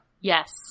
Yes